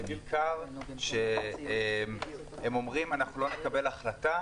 בעיקר שהם אומרים: לא נקבל החלטה,